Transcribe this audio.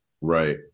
Right